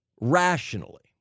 rationally